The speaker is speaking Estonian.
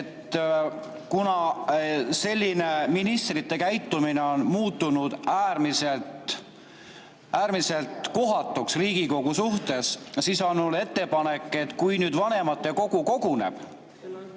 Kuna selline ministrite käitumine on muutunud äärmiselt kohatuks Riigikogu suhtes, siis on mul ettepanek, et kui nüüd vanematekogu koguneb,